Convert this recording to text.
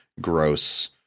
gross